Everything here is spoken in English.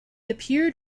appeared